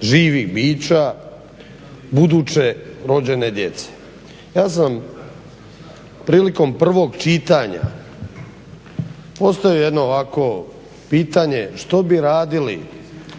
živih bića buduće rođene djece. Ja sam prilikom prvog čitanja postavio jedno pitanje što bi radili